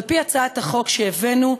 על-פי הצעת החוק שהבאנו,